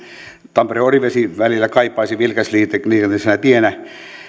tampere orivesi välillä kaipaisi vilkasliikenteisenä tienä